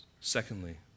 Secondly